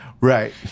Right